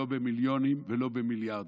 לא במיליונים ולא במיליארדים.